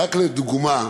רק לדוגמה,